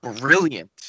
brilliant